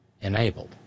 enabled